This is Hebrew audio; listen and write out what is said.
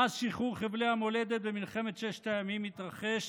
מאז שחרור חבלי המולדת במלחמת ששת הימים מתרחש